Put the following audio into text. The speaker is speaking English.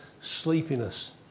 sleepiness